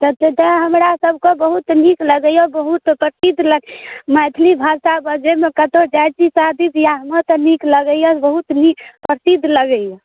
कतेक तऽ हमरासबके बहुत नीक लगैए बहुत प्रसिद्ध लगैए मैथिली भाषा बजैमे कतहु जाइ छी शादी बिआहमे तऽ नीक लगैए बहुत नीक प्रसिद्ध लगैए